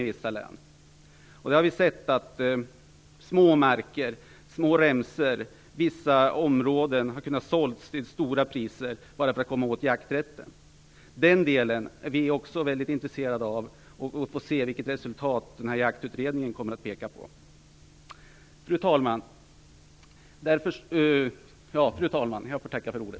Vi har sett att små marker, små remsor och vissa områden har kunnat säljas till höga priser bara därför att man vill komma åt jakträtten. Vi är mycket intresserade av att se till vilket resultat Jaktutredningen kommer när det gäller den delen. Fru talman! Jag tackar för ordet.